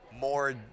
more